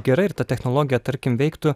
gerai ir ta technologija tarkim veiktų